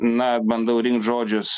na bandau rinkti žodžius